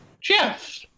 Jeff